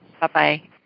Bye-bye